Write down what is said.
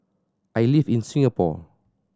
I live in Singapore